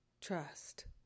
trust